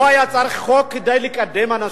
לא היה צריך חוק כדי לקדם אנשים.